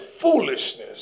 foolishness